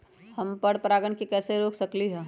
हम पर परागण के कैसे रोक सकली ह?